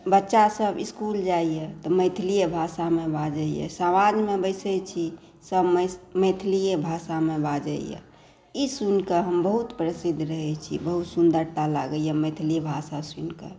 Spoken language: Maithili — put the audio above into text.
बच्चा सब इसकुल जाइए तऽ मैथिलीये भाषामे बाजैए समाजमे बैसै छी सब मैथिलीये भाषामे बाजैए ई सुनि कऽ हम बहुत प्रसिद्ध रहै छी बहुत सुन्दरता लागैया मैथिली भाषा सुनि कऽ